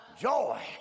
Joy